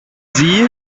sie